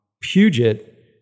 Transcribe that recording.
Puget